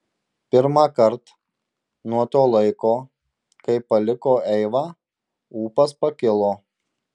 pirmąkart nuo to laiko kai paliko eivą ūpas pakilo